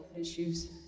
issues